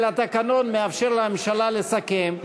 אבל התקנון מאפשר לממשלה לסכם,